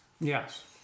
Yes